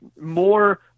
more